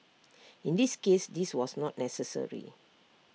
in this case this was not necessary